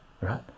right